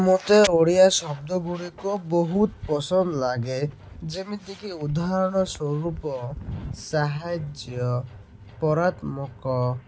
ମତେ ଓଡ଼ିଆ ଶବ୍ଦ ଗୁଡ଼ିକ ବହୁତ ପସନ୍ଦ ଲାଗେ ଯେମିତିକି ଉଦାହରଣ ସ୍ୱରୂପ ସାହାଯ୍ୟ ପରାତ୍ମକ